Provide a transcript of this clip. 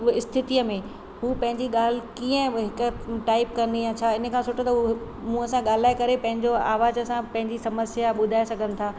स्थितीअ में हू पंहिंजी ॻाल्हि कीअं टाईप कंदीअं यां छा इन खां सुठो त हू मुंहुं सां ॻाल्हाए करे पंहिंजो आवाज सां पंहिंजी समस्या ॿुधाए सघनि था